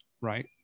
right